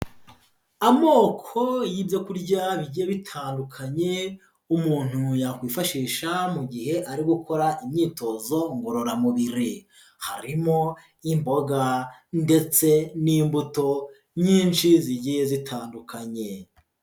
Amoko y'ibyo kurya bigiye bitandukanye, umuntu yakwifashisha mu gihe ari gukora imyitozo ngororamubiri, harimo imboga ndetse n'imbuto nyinshi zigiye zitandukanye.